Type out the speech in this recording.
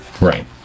Right